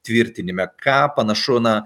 tvirtinime ką panašu na